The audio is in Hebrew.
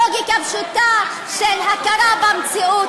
לוגיקה פשוטה של הכרה במציאות,